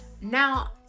Now